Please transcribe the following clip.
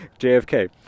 JFK